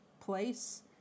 place